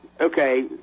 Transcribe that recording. okay